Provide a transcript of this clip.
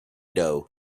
doe